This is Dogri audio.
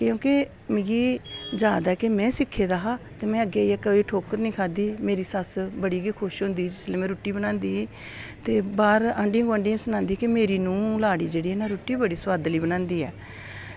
क्योंकि जादै ते में सिक्खे दा हा ते में अग्गें इक्क ठोक्कर निं खाद्धी मेरी सस्स बड़ी गै खुश होंदी ही चुल्हे पर रुट्टियां बनांदी ही ते बाहर आंढी गोआंढियें गी सनांदी ही जेह्ड़ी मेरी नूहं लाड़ी ऐ ना रुट्टी बड़ी सोआदली बनांदी ऐ